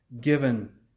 given